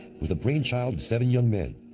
was the brainchild of seven young men,